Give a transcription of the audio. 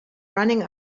running